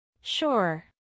Sure